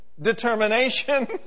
determination